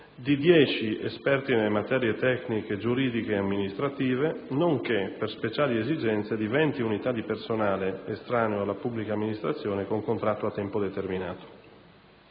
di 10 esperti nelle materie tecniche, giuridiche ed amministrative, nonché, per speciali esigenze, di 20 unità di personale estraneo alla pubblica amministrazione, con contratto a tempo determinato.